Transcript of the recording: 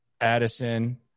addison